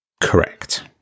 Correct